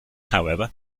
however